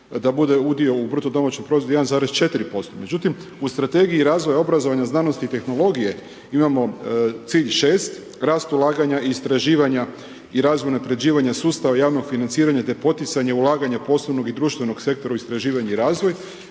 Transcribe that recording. da bude udio u BDP-u 1,4%. Međutim u Strategiji razvoja obrazovanja, znanosti i tehnologije imamo cilj 6, rast ulaganja istraživanja i razvoj unapređivanja sustava javnog financiranja te poticanje ulaganja posebnog i društvenog sektora u istraživanje i razvoj